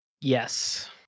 Yes